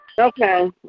Okay